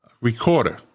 recorder